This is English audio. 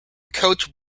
coach